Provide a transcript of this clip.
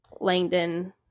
Langdon